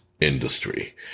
industry